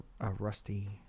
rusty